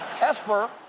Esper